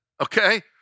okay